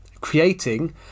creating